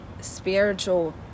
spiritual